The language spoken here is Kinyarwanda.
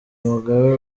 mugabe